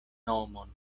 nomon